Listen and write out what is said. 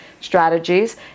strategies